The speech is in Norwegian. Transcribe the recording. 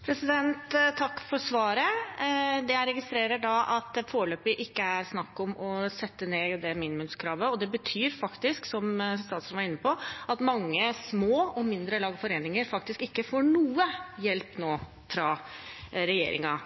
Takk for svaret. Jeg registrerer at det foreløpig ikke er snakk om å sette ned minimumskravet. Det betyr faktisk, som statsråden var inne på, at mange små og mindre lag og foreninger ikke får noe hjelp fra regjeringen nå.